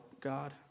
God